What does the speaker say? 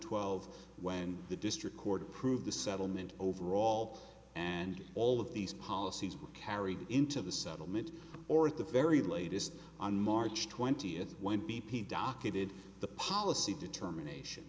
twelve when the district court approved the settlement over all and all of these policies were carried into the settlement or at the very latest on march twentieth when b p docketed the policy determination